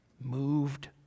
Moved